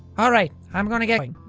alright, i'm gonna get going.